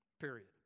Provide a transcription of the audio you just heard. period